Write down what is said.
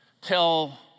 tell